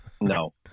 No